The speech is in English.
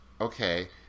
Okay